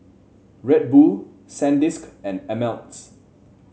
Red Bull Sandisk and Ameltz